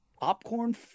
popcorn